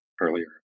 earlier